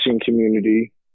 community